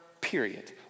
period